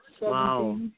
Wow